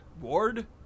Ward